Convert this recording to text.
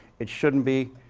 it shouldn't be.